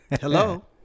hello